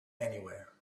anywhere